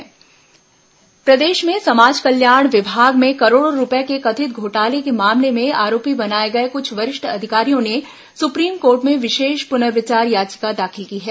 supreme court पुनर्याचिका प्रदेश में समाज कल्याण विभाग में करोड़ों रूपये के कथित घोटाले के मामले में आरोपी बनाए गए कुछ वरिष्ठ अधिकारियों ने सुप्रीम कोर्ट में विशेष पुनर्विचार याचिका दाखिल की है